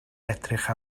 edrych